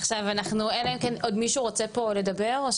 עוד מישהו רוצה פה לדבר?